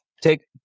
take